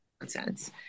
nonsense